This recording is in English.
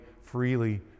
freely